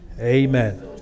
Amen